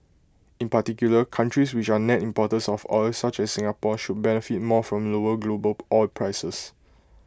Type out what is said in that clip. in particular countries which are net importers of oil such as Singapore should benefit more from lower global oil prices